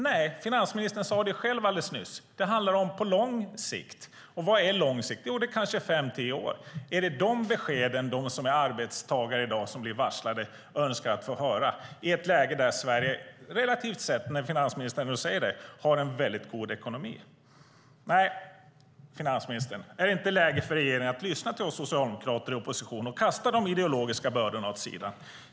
Nej, finansministern sade själv alldeles nyss att det handlar om på lång sikt. Och vad är lång sikt? Jo, det kanske är fem tio år. Är det detta besked som de arbetstagare som i dag blir varslade önskar att få höra i ett läge där Sverige relativt sett, när finansministern nu säger det, har en väldigt god ekonomi? Nej, finansministern, är det inte läge för regeringen att lyssna till oss socialdemokrater i opposition och kasta de ideologiska bördorna åt sidan?